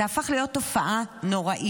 זה הפך להיות תופעה נוראית.